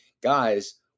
guys